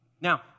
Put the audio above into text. now